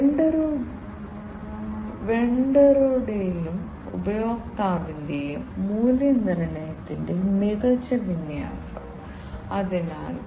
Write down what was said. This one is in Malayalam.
അതിനാൽ ഇത് ഒരു സാധാരണ PLC യുടെ വാസ്തുവിദ്യയിലെ വ്യത്യസ്ത ഘടകങ്ങളുടെ ഒരു ഏകദേശ രേഖാചിത്രമാണ്